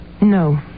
No